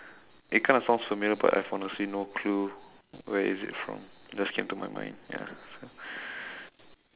it kind of sounds familiar but I have honestly no clue where is it from just came to my mind ya